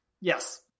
Yes